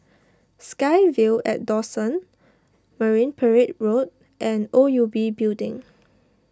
SkyVille at Dawson Marine Parade Road and O U B Building